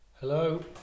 Hello